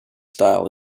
style